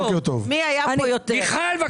מיכל.